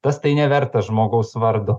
tas tai nevertas žmogaus vardo